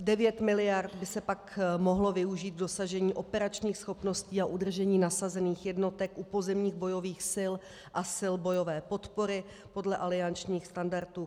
Devět miliard by se pak mohlo využít k dosažení operačních schopností a udržení nasazených jednotek u pozemních bojových sil a sil bojové podpory podle aliančních standardů.